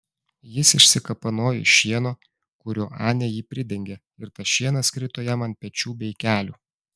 jis išsikapanojo iš šieno kuriuo anė jį pridengė ir tas šienas krito jam ant pečių bei kelių